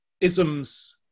isms